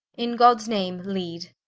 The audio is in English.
in gods name lead,